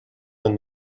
than